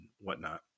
whatnot